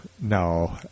No